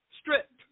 stripped